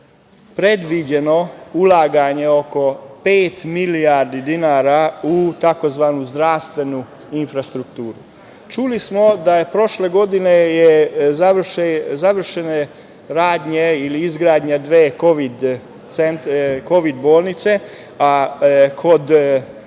previđeno ulaganje oko pet milijardi dinara u tzv. zdravstvenu infrastrukturu. Čuli smo da je prošle godine završena izgradnja dve kovid-bolnice, a